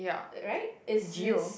right is this